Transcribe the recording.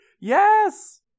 Yes